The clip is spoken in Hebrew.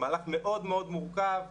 מהלך מאוד מאוד מורכב,